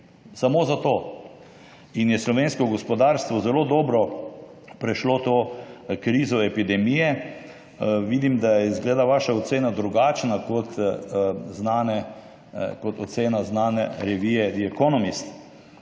samo zato, in je slovensko gospodarstvo zelo dobro prešlo to krizo epidemije. Vidim, da je, izgleda, vaša ocena drugačna kot ocena znane revije The Economist.